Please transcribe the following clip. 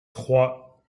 trois